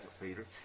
Peter